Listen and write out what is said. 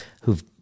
who've